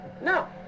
No